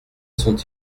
sont